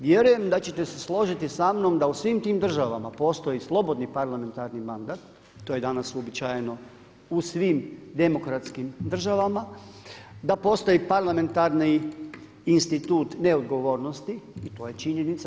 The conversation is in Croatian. Vjerujem da ćete se složiti sa mnom da u svim tim državama postoji slobodni parlamentarni mandat, to je danas uobičajeno u svim demokratskim državama, da postoji parlamentarni institut neodgovornosti i to je činjenica.